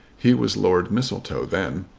he was lord mistletoe then.